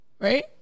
right